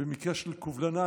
במקרה של קובלנה,